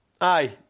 aye